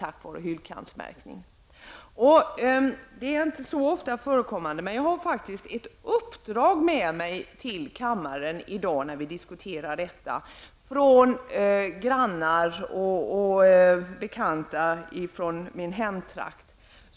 Det förekommer inte så ofta, men jag har faktiskt ett uppdrag med mig till kammaren i dag, när vi diskuterar detta, från grannar och bekanta i min hemtrakt.